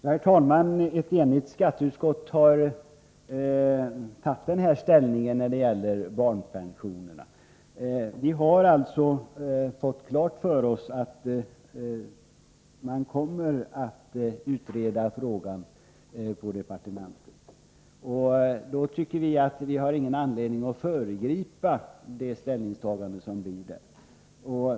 Herr talman! Skatteutskottet har varit enigt om det här ställningstagandet när det gäller barnpensionerna. Vi har alltså fått klart för oss att man på departementet kommer att utreda frågan. Vi tycker inte vi har någon anledning att föregripa resultatet av den utredningen.